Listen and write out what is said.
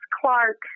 Clark